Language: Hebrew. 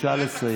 בבקשה לסיים.